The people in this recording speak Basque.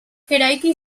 eraiki